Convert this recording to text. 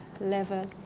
level